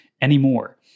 anymore